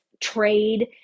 trade